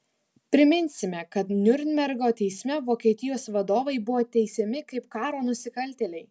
priminsime kad niurnbergo teisme vokietijos vadovai buvo teisiami kaip karo nusikaltėliai